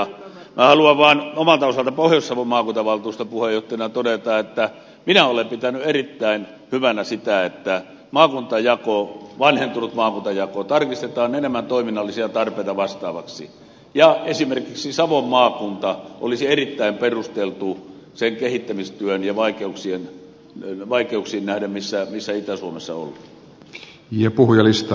minä haluan vaan omalta osaltani pohjois savon maakuntavaltuuston puheenjohtajana todeta että minä olen pitänyt erittäin hyvänä sitä että vanhentunut maakuntajako tarkistetaan enemmän toiminnallisia tarpeita vastaavaksi ja esimerkiksi savon maakunta olisi erittäin perusteltu siihen kehittämistyöhön ja niihin vaikeuksiin nähden missä itä suomessa ollaan